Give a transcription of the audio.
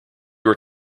were